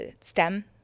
STEM